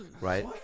right